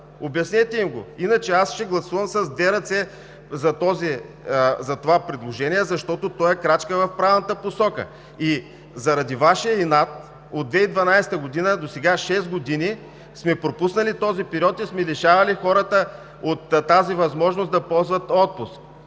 Обяснете им го. Иначе аз ще гласувам с две ръце за това предложение, защото то е крачка в правилната посока. И заради Вашия инат, от 2012 г. досега – шест години, сме пропуснали този период и сме лишавали хората от тази възможност да ползват отпуск,